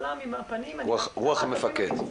רוח המפקד.